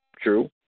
true